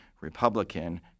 Republican